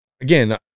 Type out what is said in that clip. again